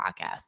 podcast